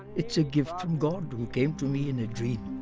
it's a gift from god who came to me in a dream